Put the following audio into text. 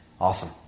awesome